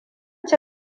ci